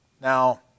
now